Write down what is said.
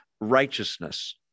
righteousness